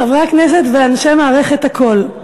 חברי הכנסת ואנשי מערכת הקול,